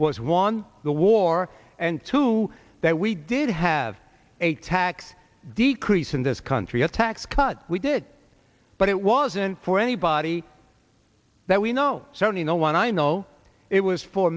was one the war and two that we did have a tax decrease in this country a tax cut we did but it wasn't for anybody that we know certainly no one i know it was for